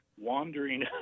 wandering